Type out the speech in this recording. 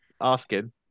asking